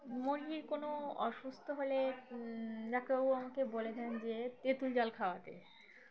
কোনো অসুস্থ হলে ডাক্টার বাবু আমাকে বলে দেন যে তেঁতুল জল খাওয়াতে